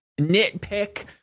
nitpick